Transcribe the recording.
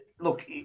Look